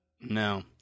no